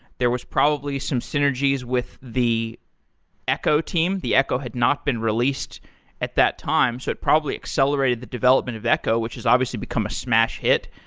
there was probably some synergies with the echo team. the echo had not been released at that time, so it probably accelerated the development of echo, which has obviously become a smash hit.